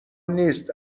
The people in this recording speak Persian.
نیست